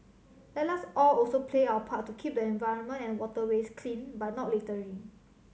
let us all also play our part to keep the environment and waterways clean by not littering